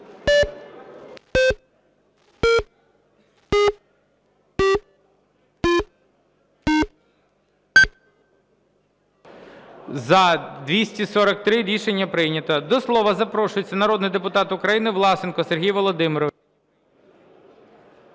За-243 Рішення прийнято. До слова запрошується народний депутат України Власенко Сергій Володимирович.